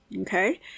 okay